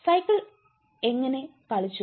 cycle എങ്ങനെ കളിച്ചു